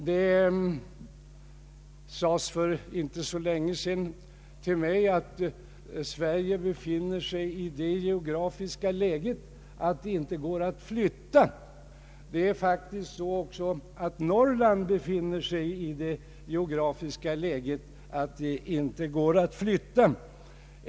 Det sades till mig för inte så länge sedan, att Sverige befinner sig i det geografiska läget att det inte går att flytta. även Norrland befinner sig faktiskt i det geografiska läget att det inte kan flyttas.